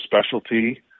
specialty